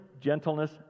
gentleness